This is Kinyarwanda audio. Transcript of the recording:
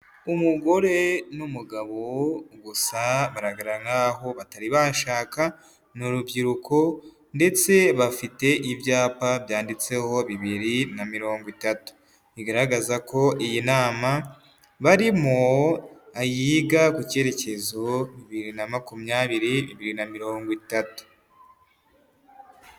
Umugore n'umugabo gusa baragaraga nkaho batari bashaka, ni urubyiruko ndetse bafite ibyapa byanditseho bibiri na mirongo itatu, bigaragaza ko iyi nama barimo, yiga ku cyerekezo bibiri na makumyabiri, bibiri na mirongo itatu.